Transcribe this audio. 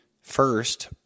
first